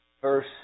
verse